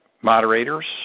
moderators